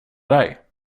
dig